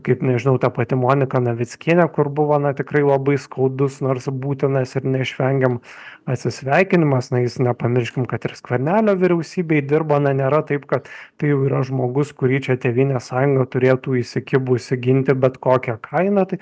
kaip nežinau ta pati monika navickienė kur buvo tikrai labai skaudus nors būtinas ir neišvengiam atsisveikinimas na jis nepamirškim kad ir skvernelio vyriausybėj dirbo na nėra taip kad tai jau yra žmogus kurį čia tėvynės sąjunga turėtų įsikibusi ginti bet kokia kaina tai